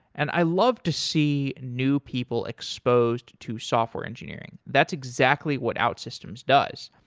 and i love to see new people exposed to software engineering. that's exactly what outsystems does.